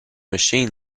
machine